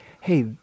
hey